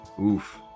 Oof